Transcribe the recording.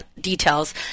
details